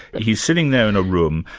he's sitting there in a room,